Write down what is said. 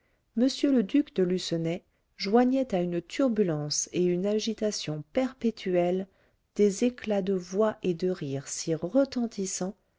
le duc de lucenay joignait à une turbulence et à une agitation perpétuelles des éclats de voix et de rire si retentissants